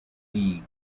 league